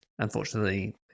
Unfortunately